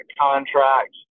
contracts